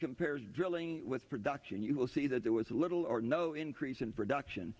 compares drilling with production you will see that there was little or no increase in production